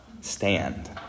stand